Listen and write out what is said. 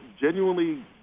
genuinely